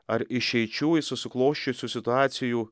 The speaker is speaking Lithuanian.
ar išeičių iš susiklosčiusių situacijų